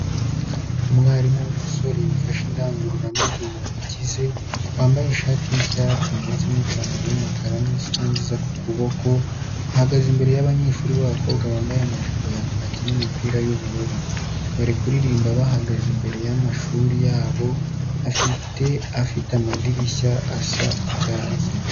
Umwarimu w'umusore ufashe indangururamajwi mu ntoki ze, wambaye ishati y'icyatsi ndetse n'ipantaro y'umukara n'isaha nziza ku kuboko, ahagaze imbere y'abanyeshuri b'abakobwa bambaye amajipo ya kaki n'imipira y'ubururu. Bari kuririmba bahagaze imbere y'amashuri yabo afite amadirishya asa icyatsi.